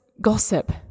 gossip